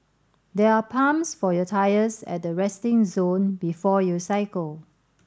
there are pumps for your tyres at the resting zone before you cycle